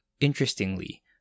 Interestingly